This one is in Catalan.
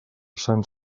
sant